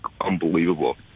unbelievable